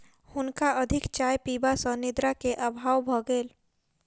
हुनका अधिक चाय पीबा सॅ निद्रा के अभाव भ गेल